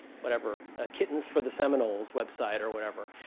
whatever kittens for the seminole's website or whatever.